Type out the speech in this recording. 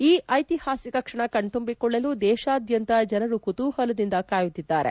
ಈ ಐತಿಹಾಸಿಕ ಕ್ಷಣವನ್ನು ಕಣ್ತುಂಬಿಕೊಳ್ಳಲು ದೇಶಾದ್ಯಂತ ಜನರು ಕುತೂಹಲದಿಂದ ಕಾಯುತ್ತಿದ್ದಾರೆ